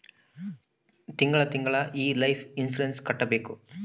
ತಿಂಗಳ ತಿಂಗಳಾ ಈ ಲೈಫ್ ಇನ್ಸೂರೆನ್ಸ್ ಕಟ್ಬೇಕು